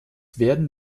werden